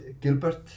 Gilbert